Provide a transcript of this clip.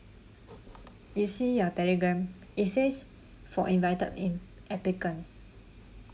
you see your telegram it says for invited in~ applicants